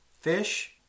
fish